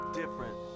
different